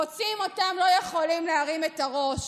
רוצים אותם לא יכולים להרים את הראש.